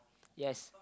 yes